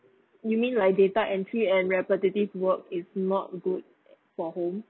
you mean like data entry and repetitive work is not good for home